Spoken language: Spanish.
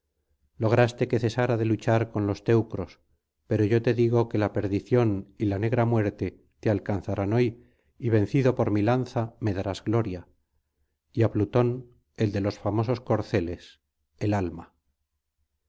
lograste que cesara de luchar con los teucros pero yo te digo que la perdicióny la negra muerte te alcanzarán hoy y vencido por mi nza me darás gloria y á plutón el de los famosos corceles el alma